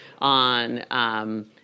on